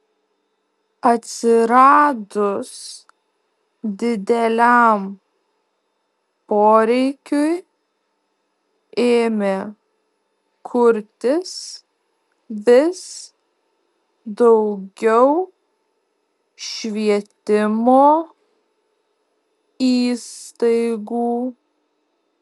atsiradus dideliam poreikiui ėmė kurtis vis daugiau švietimo įstaigų